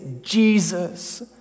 Jesus